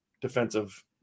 defensive